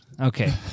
Okay